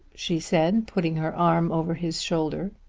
she said putting her arm over his shoulder.